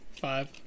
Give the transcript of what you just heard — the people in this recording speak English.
Five